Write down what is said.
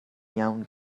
iawn